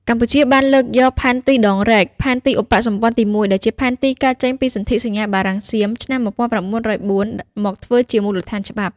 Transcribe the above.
កម្ពុជាបានលើកយក ផែនទីដងរែក (ផែនទីឧបសម្ព័ន្ធទី១) ដែលជាផែនទីកើតចេញពីសន្ធិសញ្ញាបារាំង-សៀម ឆ្នាំ១៩០៤ មកធ្វើជាមូលដ្ឋានច្បាប់។